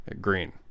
green